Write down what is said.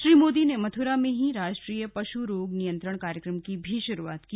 श्री मोदी ने मथुरा में ही राष्ट्रीय पशु रोग नियंत्रण कार्यक्रम की भी शुरूआत की